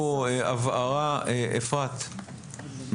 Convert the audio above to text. אפרת ואיילת,